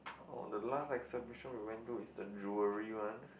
oh the last exhibition I went to is the jewelry one